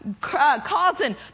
causing